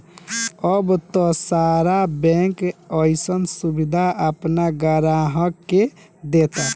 अब त सारा बैंक अइसन सुबिधा आपना ग्राहक के देता